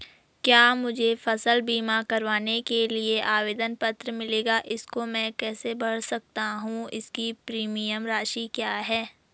क्या मुझे फसल बीमा करवाने के लिए आवेदन पत्र मिलेगा इसको मैं कैसे भर सकता हूँ इसकी प्रीमियम राशि क्या है?